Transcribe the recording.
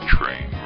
Train